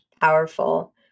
powerful